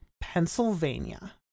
Pennsylvania